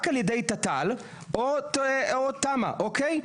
רק על ידי תת"ל או תמ"א, אוקיי?